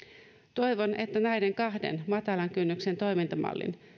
toivon että näitä kahta matalan kynnyksen toimintamallia